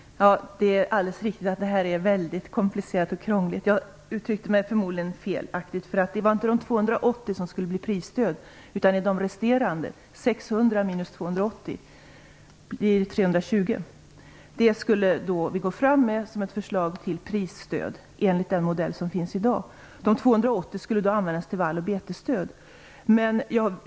Fru talman! Det är alldeles riktigt att detta är komplicerat och krångligt. Jag uttryckte mig förmodligen felaktigt. Det var inte de 280 miljonerna som skulle bli prisstöd utan de resterande, dvs. 600 minus 280. Det blir 320. Vi skulle gå fram med ett förslag till prisstöd enligt den modell som finns i dag. De 280 miljonerna skulle då användas till valloch betesstöd.